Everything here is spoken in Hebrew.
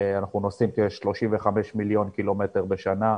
אנחנו נוסעים כ-35 מיליון קילומטר בשנה,